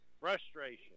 Frustration